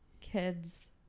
kids